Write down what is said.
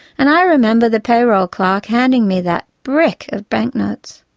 and i remember the payroll clerk handing me that brick of banknotes.